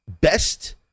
best